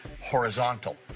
horizontal